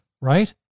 Right